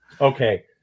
okay